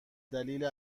دلیل